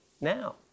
now